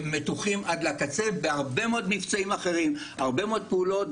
מתוחים עד לקצה בהרבה מאוד מבצעים אחרים ובהרבה מאוד פעולות.